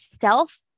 self